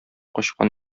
качкан